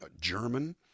german